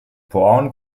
brown